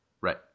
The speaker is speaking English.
Right